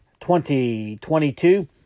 2022